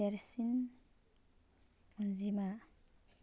देरसिन अन्जिमा